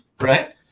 right